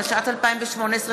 התשע"ט 2018,